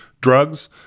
drugs